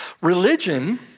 religion